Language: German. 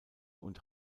und